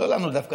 לא לנו דווקא,